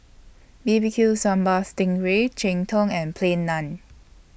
B B Q Sambal Sting Ray Cheng Tng and Plain Naan